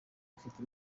afite